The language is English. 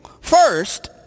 First